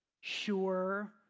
sure